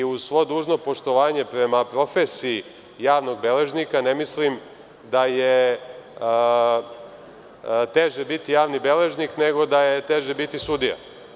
Uz svo dužno poštovanje prema profesiji javnog beležnika, ne mislim da je teže biti javni beležnik, nego da je teže biti sudija.